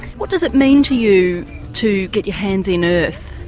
what does it mean to you to get your hands in earth,